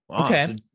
Okay